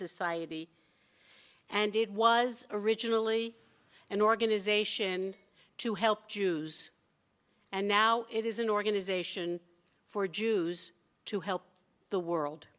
society and it was originally an organization to help jews and now it is an organization for jews to help the world